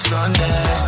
Sunday